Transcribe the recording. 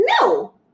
No